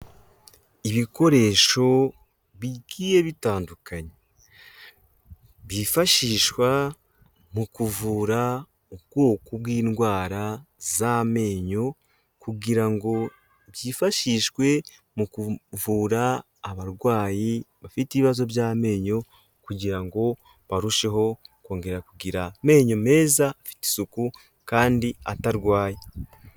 Ibikoresho bigiye bitandukanye byifashishwa mu kuvura ubwoko bw'indwara z'amenyo kugira ngo byifashishwe mu kuvura abarwayi bafite ibibazo by'amenyo kugira ngo barusheho kongera kugira amenyo meza, afite isuku kandi atarwaye.